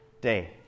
day